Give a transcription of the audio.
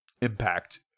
impact